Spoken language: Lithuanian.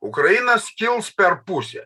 ukraina skils per pusę